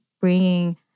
bringing